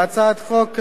להצעת החוק,